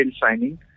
signing